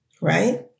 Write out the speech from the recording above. Right